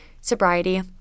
sobriety